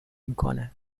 میکنه